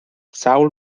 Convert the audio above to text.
sawl